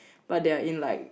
but they are in like